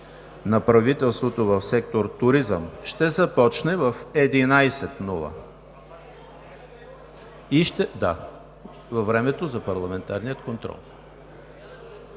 на правителството в сектор „Туризъм“, ще започне в 11,00 ч. във времето за парламентарен контрол.